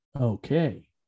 Okay